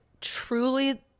truly